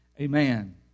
Amen